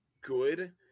good